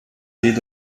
geht